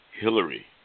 Hillary